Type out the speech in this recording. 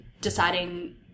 deciding